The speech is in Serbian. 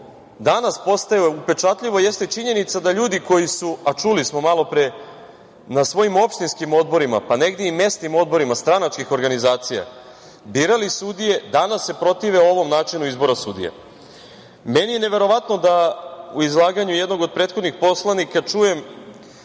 danas postaje upečatljivo jeste činjenica da ljudi koji su, a čuli smo malopre, na svojim opštinskim odborima, pa negde i mesnim odborima stranačkih organizacija, birali sudije, danas se protive ovom načinu izboru sudija. Meni je neverovatno da u izlaganju jednog od prethodnih poslanika čujem